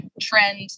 trend